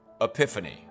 epiphany